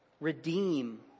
redeem